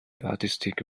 artistic